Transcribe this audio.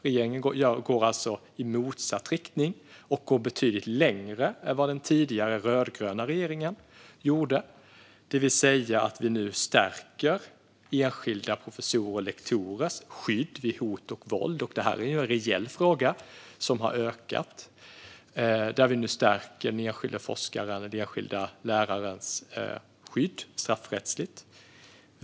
Regeringen går alltså i motsatt riktning och går betydligt längre än vad den rödgröna regeringen gjorde, det vill säga vi stärker nu enskilda professorers och lektorers skydd vid hot och våld. Det här är något reellt som har ökat i omfattning, och nu stärker vi den enskilda forskarens och den enskilda lärarens skydd straffrättsligt.